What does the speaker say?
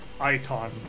icon